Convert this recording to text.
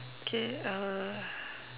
okay uh